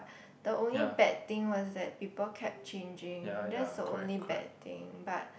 the only bad thing was that people kept changing that's the only bad thing but